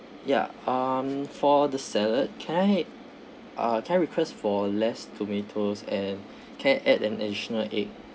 ya um for the salad can I uh can I request for less tomatoes and can add an additional egg